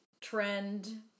trend